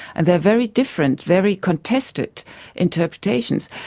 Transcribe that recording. and they're very different, very contested interpretations.